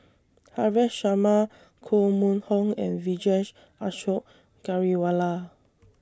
Haresh Sharma Koh Mun Hong and Vijesh Ashok Ghariwala